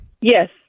Yes